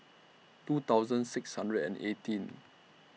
two thousand six hundred and eighteen